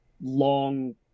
long